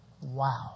Wow